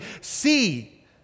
see